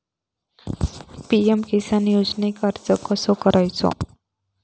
PM Kisan योजनेक अर्ज कसो करायचो?